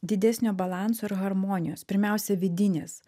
didesnio balanso ir harmonijos pirmiausia vidinės